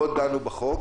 לא דנו בחוק